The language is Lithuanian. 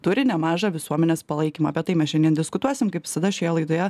turi nemažą visuomenės palaikymą apie tai mes šiandien diskutuosim kaip visada šioje laidoje